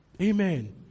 Amen